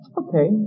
okay